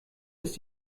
ist